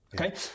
okay